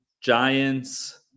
Giants